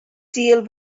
deal